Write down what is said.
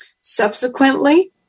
Subsequently